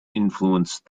influence